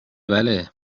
بله